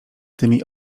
tymi